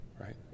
right